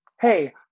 Hey